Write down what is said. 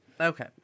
Okay